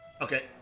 Okay